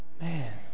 Man